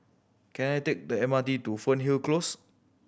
can I take the M R T to Fernhill Close